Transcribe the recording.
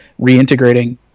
reintegrating